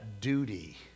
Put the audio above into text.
duty